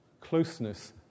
closeness